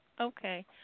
okay